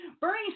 Bernie